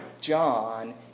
John